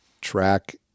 track